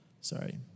sorry